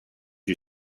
you